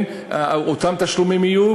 אותם תשלומים יהיו,